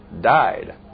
Died